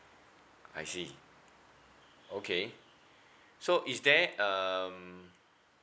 I see okay so is there um